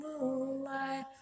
moonlight